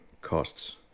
costs